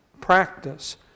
practice